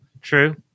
True